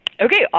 Okay